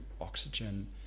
oxygen